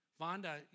Vonda